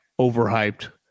overhyped